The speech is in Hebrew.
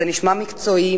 זה נשמע מקצועי,